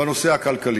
בנושא הכלכלי.